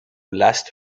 last